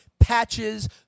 Patches